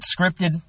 scripted